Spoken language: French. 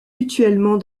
mutuellement